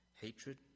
hatred